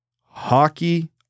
hockey